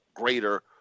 greater